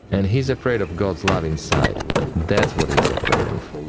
and he is afraid of god's love inside that's what he is afraid of.